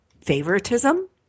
favoritism